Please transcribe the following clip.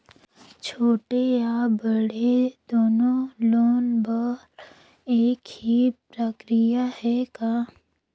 छोटे या बड़े दुनो लोन बर एक ही प्रक्रिया है का?